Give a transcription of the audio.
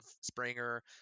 Springer